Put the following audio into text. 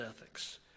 ethics